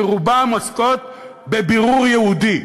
שרובן עוסקות בבירור יהודי.